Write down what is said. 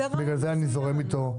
בגלל זה אני זורם איתו.